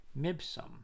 Mibsum